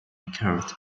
curved